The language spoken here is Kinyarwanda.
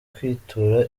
kwitura